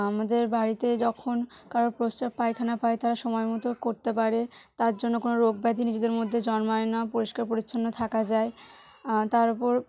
আমাদের বাড়িতে যখন কারও প্রস্রাব পায়খানা পায় তারা সময় মতো করতে পারে তার জন্য কোনো রোগ ব্যাধি নিজেদের মধ্যে জন্মায় না পরিষ্কার পরিচ্ছন্ন থাকা যায় তার উপর